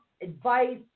advice